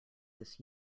this